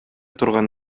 турган